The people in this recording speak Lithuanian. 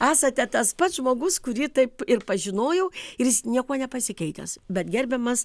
esate tas pats žmogus kurį taip ir pažinojau ir jis niekuo nepasikeitęs bet gerbiamas